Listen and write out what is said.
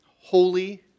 holy